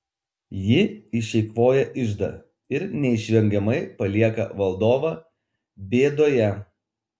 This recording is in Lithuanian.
ji išeikvoja iždą ir neišvengiamai palieka valdovą bėdoje